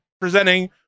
presenting